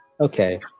Okay